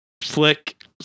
Flick